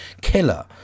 killer